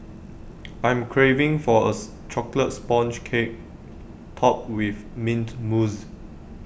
I'm craving for A Chocolate Sponge Cake Topped with Mint Mousse